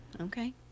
okay